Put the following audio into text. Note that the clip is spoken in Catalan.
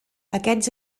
aquests